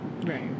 Right